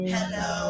Hello